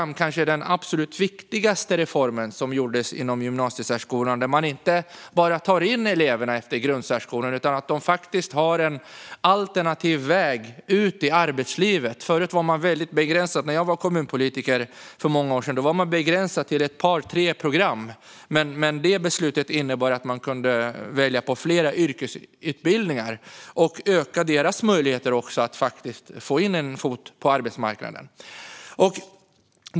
Det var kanske den absolut viktigaste reformen som gjordes inom gymnasiesärskolan - att man inte bara tar in eleverna efter grundsärskolan utan faktiskt ger dem en alternativ väg ut i arbetslivet. Förut var man väldigt begränsad. När jag var kommunpolitiker för många år sedan var man begränsad till ett par tre program. Reformen innebar att det nu finns flera yrkesutbildningar att välja mellan och därmed ökade möjligheter att få in en fot på arbetsmarknaden.